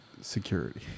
security